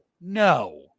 no